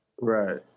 Right